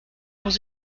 muss